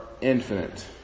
infinite